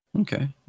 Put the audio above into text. Okay